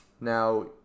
Now